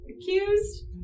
accused